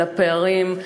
על הפערים,